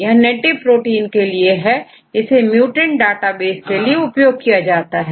यह native protein के लिए है इसे म्युटेंट डाटा डेटाबेस के लिए भी उपयोग कर सकते हैं